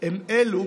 הם אלה